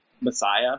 Messiah